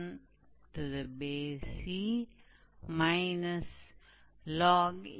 इसी तरह हम गणना कर सकते हैं हम एक और उदाहरण पर विचार कर सकते हैं